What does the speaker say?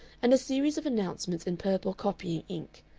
and a series of announcements in purple copying-ink,